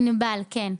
ענבל, כן.